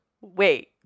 wait